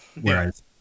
whereas